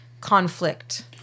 conflict